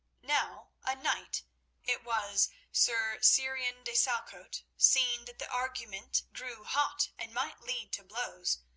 now a knight it was sir surin de salcote seeing that the argument grew hot and might lead to blows,